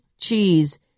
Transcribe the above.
cheese